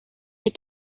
les